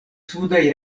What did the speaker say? sudaj